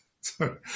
sorry